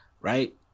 Right